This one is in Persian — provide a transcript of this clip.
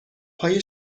های